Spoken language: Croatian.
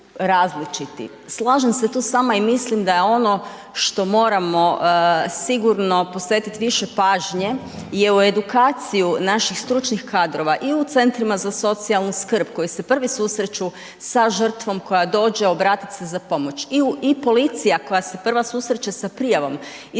slažem se tu s vama i mislim da je ono što moramo sigurno posvetit više pažnje je u edukaciju naših stručnih kadrova i u centrima za socijalnu skrb koji se prvi susreću sa žrtvom koja dođe obratit se za pomoć i u, i policija koja se prva susreće sa prijavom isto